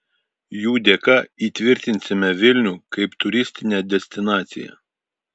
jų dėka įtvirtinsime vilnių kaip turistinę destinaciją